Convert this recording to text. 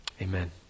Amen